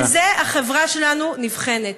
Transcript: על זה החברה שלנו נבחנת.